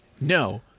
no